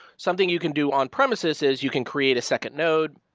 something you can do on premises is you can create a second node,